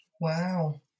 Wow